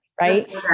right